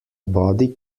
body